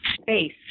space